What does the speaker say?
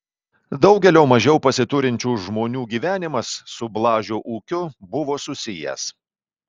daugelio mažiau pasiturinčių žmonių gyvenimas su blažio ūkiu buvo susijęs